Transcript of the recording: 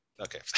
Okay